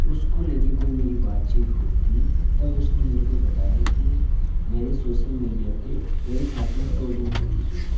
उसको ले कर कोई मेरी बातचीत हुई थी तब उसने मेरे को बताया कि मेरे सोशल मीडिया पर मेरे साथ में फ्रौडिंग हो चुकी है